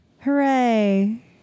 Hooray